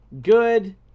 good